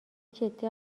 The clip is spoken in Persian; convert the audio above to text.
جدی